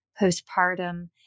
postpartum